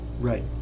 right